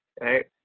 right